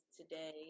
today